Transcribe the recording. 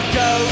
go